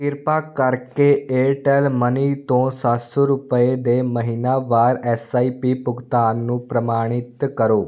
ਕਿਰਪਾ ਕਰਕੇ Airtel money ਤੋਂ ਸੱਤ ਸੌ ਰੁਪਏ ਦੇ ਮਹੀਨਾਵਾਰ ਐਸ ਆਈ ਪੀ ਭੁਗਤਾਨ ਨੂੰ ਪ੍ਰਮਾਣਿਤ ਕਰੋ